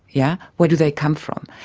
yeah where do they come from?